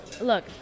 look